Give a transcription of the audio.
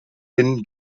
den